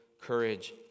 courage